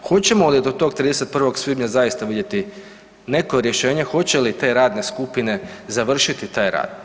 Hoćemo li do tog 31. svibnja zaista vidjeti neko rješenje, hoće li te radne skupine završiti taj rad?